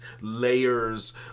layers